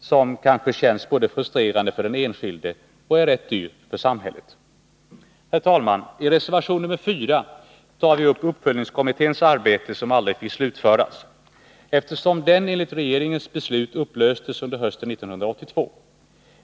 som kanske känns både frustrerande för den enskilde och är rätt dyrt för samhället. Herr talman! I reservation 4 tar vi upp uppföljningskommitténs arbete, som aldrig fick slutföras, eftersom kommittén enligt regeringens beslut upplöstes under hösten 1982.